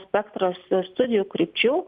spektras ir studijų krypčių